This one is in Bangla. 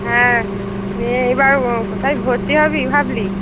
হ্যাঁ এ এবার কোথায় ভর্তি হবি ভাবলি